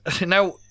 Now